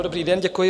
Dobrý den, děkuji.